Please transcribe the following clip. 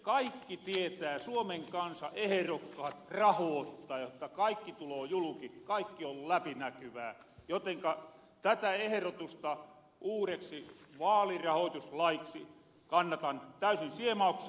nyt kaikki tietää suomen kansa eherokkahat rahoottajat jotta kaikki tuloo juluki kaikki on läpinäkyvää jotenka tätä eherotusta uureksi vaalirahoituslaiksi kannatan täysin siemauksin